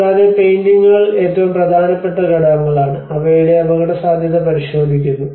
കൂടാതെ പെയിന്റിംഗുകൾ ഏറ്റവും പ്രധാനപ്പെട്ട ഘടകങ്ങളാണ് അവയുടേയും അപകടസാധ്യത പരിശോധിക്കുന്നു